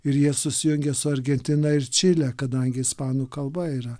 ir jie susijungia su argentina ir čile kadangi ispanų kalba yra